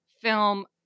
film